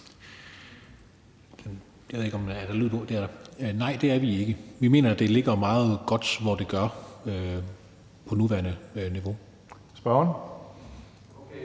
Nej, det er vi ikke. Vi mener, at det ligger meget godt på det nuværende niveau. Kl.